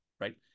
right